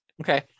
Okay